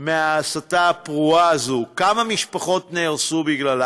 מההסתה הפרועה הזאת, כמה משפחות נהרסו בגללה,